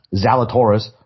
Zalatoris